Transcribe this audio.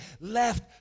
left